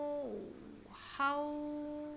~ow how